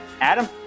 Adam